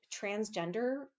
transgender